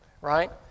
right